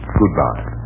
goodbye